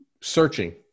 searching